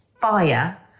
fire